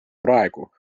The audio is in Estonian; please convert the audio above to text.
praegu